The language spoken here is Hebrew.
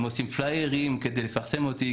הם עושים פליירים כדי לפרסם אותי,